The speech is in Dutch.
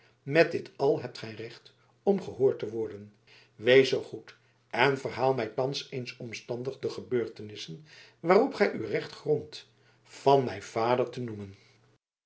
met dit al hebt gij recht om gehoord te worden wees zoo goed en verhaal mij thans eens omstandig de gebeurtenissen waarop gij uw recht grondt van mij vader te noemen